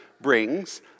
brings